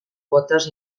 quotes